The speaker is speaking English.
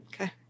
Okay